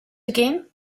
again